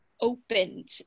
opened